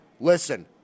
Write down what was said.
listen